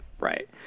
right